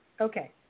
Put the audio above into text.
okay